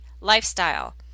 lifestyle